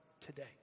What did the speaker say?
today